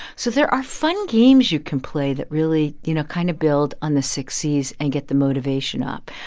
so there are fun games you can play that really, you know, kind of build on the six c's and get the motivation up.